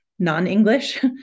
non-English